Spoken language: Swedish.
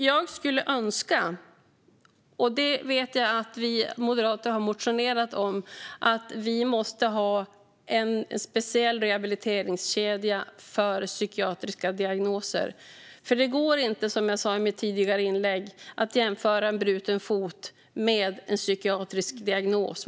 Jag skulle önska - och detta har vi moderater motionerat om - att vi kunde ha en speciell rehabiliteringskedja för psykiatriska diagnoser. Som jag sa i mitt tidigare inlägg går det inte att jämföra en bruten fot med en psykiatrisk diagnos.